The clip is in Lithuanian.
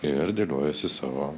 ir dėliojasi savo